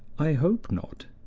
i hope not.